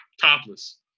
topless